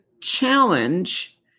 challenge